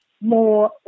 more